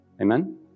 Amen